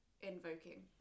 invoking